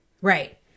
Right